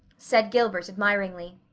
said gilbert admiringly.